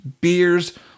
beers